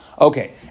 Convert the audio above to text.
Okay